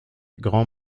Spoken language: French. grands